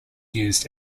used